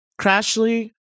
Crashly